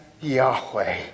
Yahweh